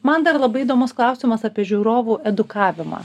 man dar labai įdomus klausimas apie žiūrovų edukavimą